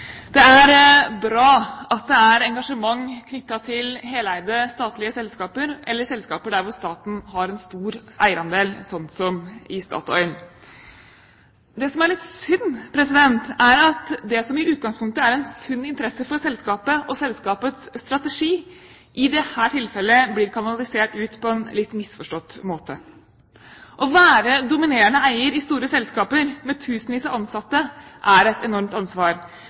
Det er bra at det er engasjement knyttet til statlig heleide selskaper eller selskaper der staten har en stor eierandel, slik som i Statoil. Det som er litt synd, er at det som i utgangspunktet er en sunn interesse for selskapet og selskapets strategi, i dette tilfellet blir kanalisert ut på en litt misforstått måte. Å være dominerende eier i store selskaper med tusenvis av ansatte er et enormt ansvar.